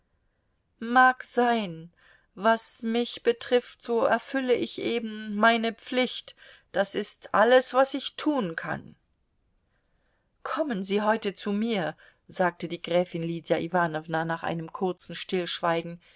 mag sein was mich betrifft so erfülle ich eben meine pflicht das ist alles was ich tun kann kommen sie heute zu mir sagte die gräfin lydia iwanowna nach einem kurzen stillschweigen